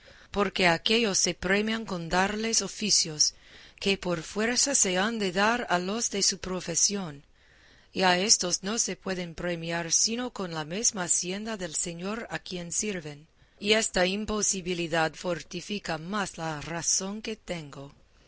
porque a aquéllos se premian con darles oficios que por fuerza se han de dar a los de su profesión y a éstos no se pueden premiar sino con la mesma hacienda del señor a quien sirven y esta imposibilidad fortifica más la razón que tengo